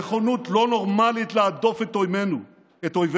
נכונות לא נורמלית להדוף את אויבינו,